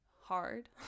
hard